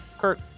Kurt